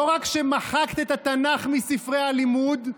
לא רק שמחקת את התנ"ך מספרי הלימוד,